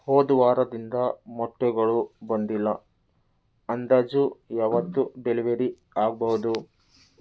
ಹೋದ ವಾರದಿಂದ ಮೊಟ್ಟೆಗಳು ಬಂದಿಲ್ಲ ಅಂದಾಜು ಯಾವತ್ತು ಡೆಲಿವರಿ ಆಗಬಹುದು